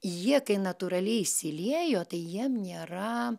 jie kai natūraliai įsiliejo tai jiem nėra